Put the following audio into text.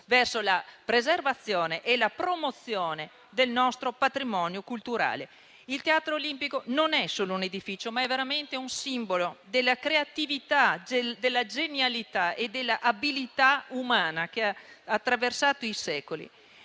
verso la preservazione e la promozione del nostro patrimonio culturale. Il Teatro Olimpico non è solo un edificio, ma è veramente un simbolo della creatività, della genialità e dell'abilità umana che ha attraversato i secoli.